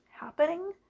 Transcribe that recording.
happening